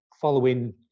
following